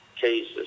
cases